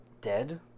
Dead